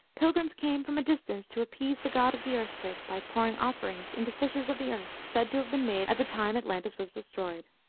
pilgrims came from a distance to appease the god of the earthquake, by pouring offerings into fissures of the earth said to have been made at the time atlantis was destroyed.